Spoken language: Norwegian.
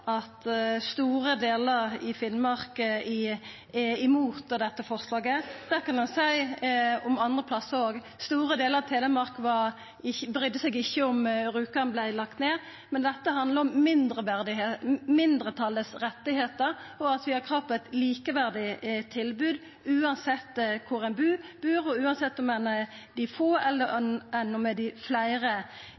at store delar av Finnmark er imot dette forslaget. Det kan ein seia om andre plassar òg. Store delar av Telemark brydde seg ikkje om at Rjukan vart lagt ned. Dette handlar om rettane til mindretalet og at ein har krav på eit likeverdig tilbod uansett kvar ein bur, og uansett om det er få eller